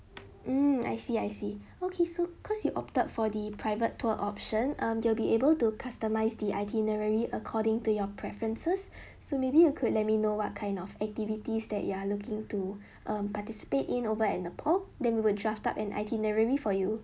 mm I see I see okay so cause you opted for the private tour option um you'll be able to customise the itinerary according to your preferences so maybe you could let me know what kind of activities that you are looking to um participate in over at nepal then we will draft up an itinerary for you